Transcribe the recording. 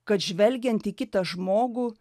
kad žvelgiant į kitą žmogų